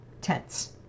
tense